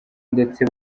ndetse